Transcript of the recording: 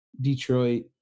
Detroit